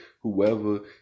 Whoever